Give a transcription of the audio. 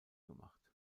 gemacht